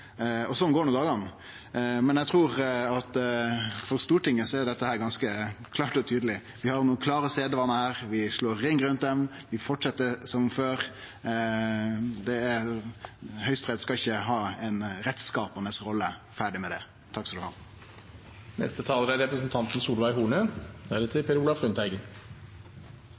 sånn går no dagane. Men eg trur at for Stortinget er dette ganske klart og tydeleg. Vi har nokre klare sedvanar her, vi slår ring rundt dei, vi fortset som før. Høgsterett skal ikkje ha ei rettsskapande rolle – og ferdig med det. Jeg skal